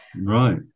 Right